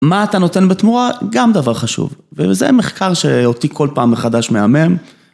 מה אתה נותן בתמורה, גם דבר חשוב. וזה מחקר שאותי כל פעם מחדש מהמם.